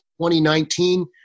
2019